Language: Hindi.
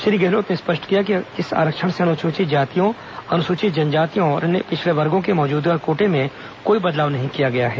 श्री गहलोत ने स्पष्ट किया कि इस आरक्षण से अनुसूचित जातियों अनुसूचित जनजातियों और अन्य पिछड़े वर्गों के मौजूदा कोटे में कोई बदलाव नहीं किया गया है